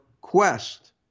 quest